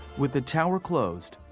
with the tower closed,